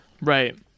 Right